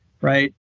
right